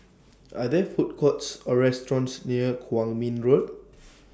Are There Food Courts Or restaurants near Kwong Min Road